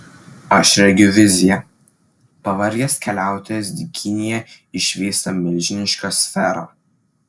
aš regiu viziją pavargęs keliautojas dykynėje išvysta milžinišką sferą